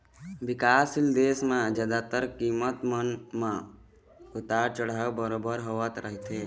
बिकासशील देश म जादातर कीमत मन म उतार चढ़ाव बरोबर होवत रहिथे